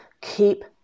Keep